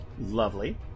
Lovely